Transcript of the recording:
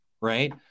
right